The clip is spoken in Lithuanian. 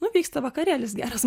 nu vyksta vakarėlis geras